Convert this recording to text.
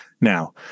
now